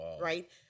Right